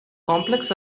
complex